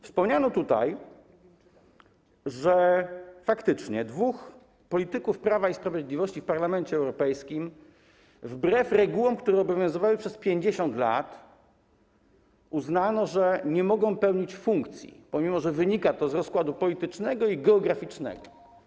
Wspomniano tutaj, że faktycznie dwóch polityków Prawa i Sprawiedliwości w Parlamencie Europejskim, wbrew regułom, które obowiązywały przez 50 lat, uznało, że nie mogą pełnić funkcji, pomimo że wynika to z rozkładu politycznego i geograficznego.